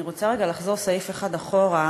אני רוצה רגע לחזור סעיף אחד אחורה,